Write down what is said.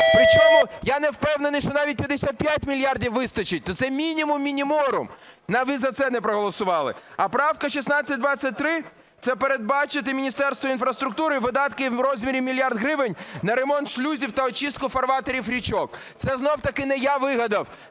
Причому я не впевнений, що навіть 55 мільярдів вистачить, то це мінімум мініморум. Навіть за це не проголосували. А правка 1623 – це передбачити Міністерству інфраструктури видати в розмірі 1 мільярд гривень на ремонт шлюзів та очистку фарватерів річок. Це знов-таки не я вигадав,